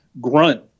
grunt